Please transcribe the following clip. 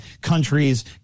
countries